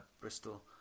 Bristol